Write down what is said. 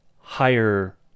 higher